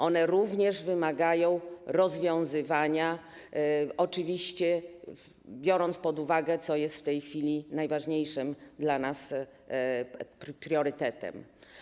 One również wymagają rozwiązywania, oczywiście biorąc pod uwagę to, co jest w tej chwili najważniejszym dla nas priorytetem.